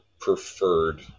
preferred